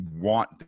want